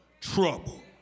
trouble